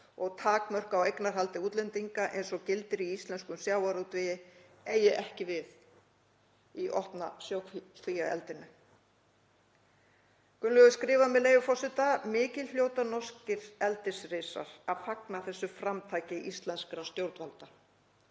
og takmörk á eignarhaldi útlendinga eins og gildi í íslenskum sjávarútvegi eigi ekki við í opna sjókvíaeldinu. Gunnlaugur skrifar, með leyfi forseta: „Mikið hljóta norskir eldisrisar að fagna þessu framtaki íslenskra stjórnvalda.